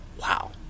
wow